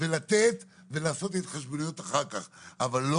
לתת ולעשות את ההתחשבנויות אחר כך,